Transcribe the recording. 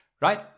right